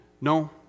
no